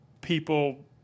people